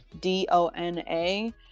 d-o-n-a